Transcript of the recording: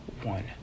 one